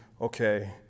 okay